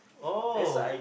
oh